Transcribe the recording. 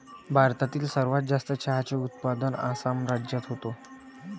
भारतातील सर्वात जास्त चहाचे उत्पादन आसाम राज्यात होते